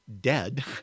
dead